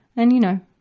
and, you know,